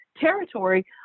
territory